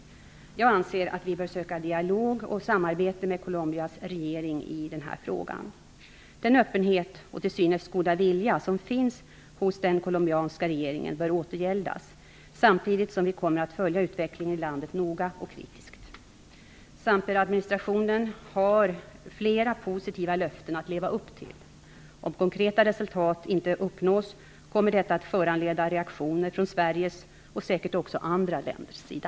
Jag anser att vi bör söka dialog och samarbete med Colombias regering i den här frågan. Den öppenhet och till synes goda vilja som finns hos den colombianska regeringen bör återgäldas, samtidigt som vi kommer att följa utvecklingen i landet noga och kritiskt. Samperadministrationen har flera positiva löften att leva upp till. Om konkreta resultat inte uppnås, kommer detta att föranleda reaktioner från Sveriges och säkert också andra länders sida.